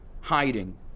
hiding